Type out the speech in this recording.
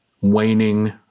waning